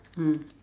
mm